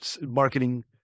marketing